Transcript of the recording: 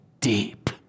deep